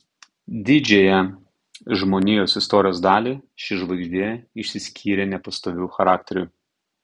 didžiąją žmonijos istorijos dalį ši žvaigždė išsiskyrė nepastoviu charakteriu